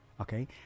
Okay